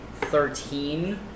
Thirteen